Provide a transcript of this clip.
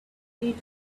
eat